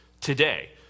today